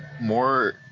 more